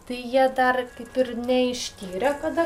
tai jie dar kaip ir neištyrė kada